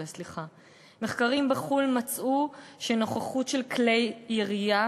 מחקרים בחו"ל מצאו שנוכחות של כלי ירייה